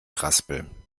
raspel